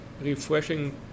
refreshing